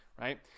right